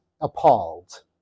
appalled